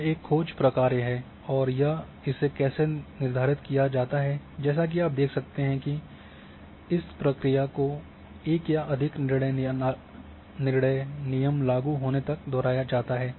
यह एक खोज प्रक्रिया है और यह इसे कैसे निर्धारित किया जाता है जैसा कि आप देख सकते हैं कि इस प्रक्रिया को एक या अधिक निर्णय नियम लागू होने तक दोहराया जाता है